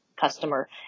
customer